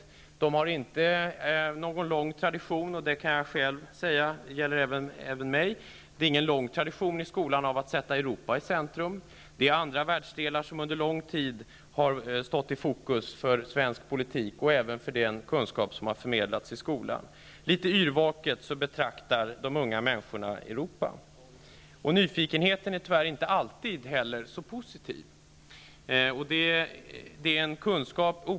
Skolan har ingen lång tradition av att sätta Europa i centrum. Detsamma har gällt även för mig. Andra världsdelar har under lång tid stått i fokus för svensk politik och för den kunskap som förmedlats i skolan. Litet yrvaket betraktar de unga människorna Europa. Nyfikenheten är inte heller alltid så positiv.